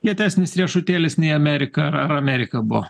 kietesnis riešutėlis nei amerika ar amerika buvo